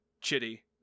Chitty